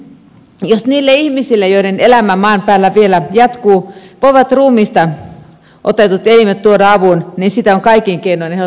jos niille ihmisille joiden elämä maan päällä vielä jatkuu voivat ruumiista otetut elimet tuoda avun niin sitä on kaikin keinoin ehdottomasti edistettävä